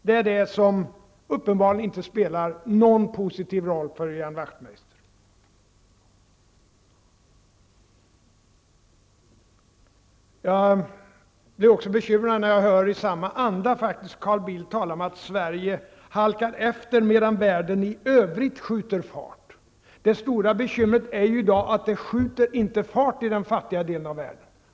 Detta är sådant som enligt Ian Wachtmeister uppenbarligen inte spelar någon positiv roll. Jag blir också bekymrad när jag hör Carl Bildt i samma anda tala om att Sverige halkar efter medan världen i övrigt skjuter fart. Det stora bekymret i dag är att det inte skjuter fart i den fattiga delen av världen.